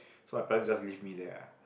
so my parents just leave me there ah